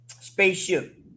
spaceship